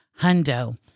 hundo